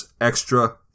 extra